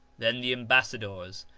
then the ambassadors,